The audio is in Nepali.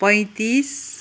पैँतिस